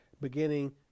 beginning